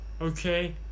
Okay